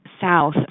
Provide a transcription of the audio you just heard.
south